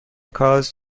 caused